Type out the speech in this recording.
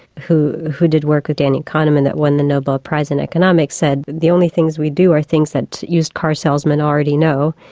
who who did work with danny kahneman that won the nobel prize in economics said, the only things we do are things that used car salesmen already know.